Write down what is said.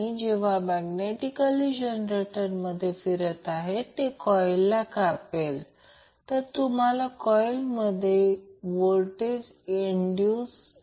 हे प्रत्यक्षात दिलेले फेजर आहे मग आपण अँगल 0° ठेवतो कारण मी Vg अँगल 0° सांगितले आहे हे एक फेजर आहे कारण आपण j ला ठेवले आहे म्हणून ते फेजर आहे मग्नित्यूड नाही